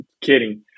kidding